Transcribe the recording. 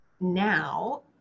now